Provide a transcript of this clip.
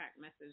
message